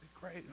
great